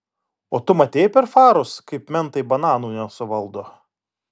o tu matei per farus kaip mentai bananų nesuvaldo